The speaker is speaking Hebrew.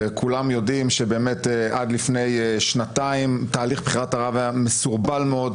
כולם יודעים שעד לפני שנתיים תהליך בחירת הרב היה מסורבל מאוד,